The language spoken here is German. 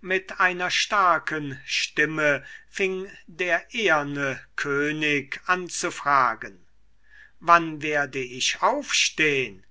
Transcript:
mit einer starken stimme fing der eherne könig an zu fragen wann werde ich aufstehn